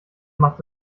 macht